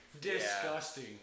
disgusting